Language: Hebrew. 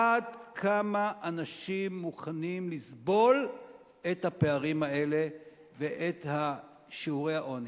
עד כמה אנשים מוכנים לסבול את הפערים האלה ואת שיעורי העוני?